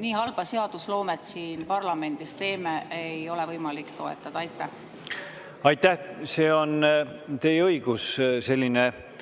nii halba seadusloomet siin parlamendis teeme, ei ole võimalik toetada. Aitäh! See on teie õigus selline